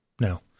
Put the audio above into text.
No